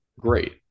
great